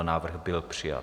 Návrh byl přijat.